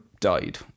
died